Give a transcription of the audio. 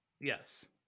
Yes